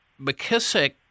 McKissick